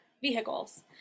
vehicles